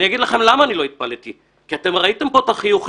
אני אגיד לכם למה אני לא התפלאתי: כי אתם ראיתם פה את החיוכים.